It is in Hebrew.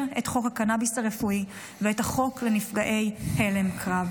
את חוק הקנביס הרפואי ואת החוק לנפגעי הלם קרב.